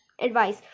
advice